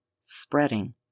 spreading